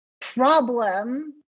problem